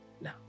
No